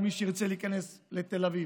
במי שרוצה להיכנס לתל אביב.